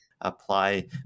apply